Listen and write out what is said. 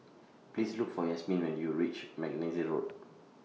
Please Look For Yasmine when YOU REACH Mackenzie Road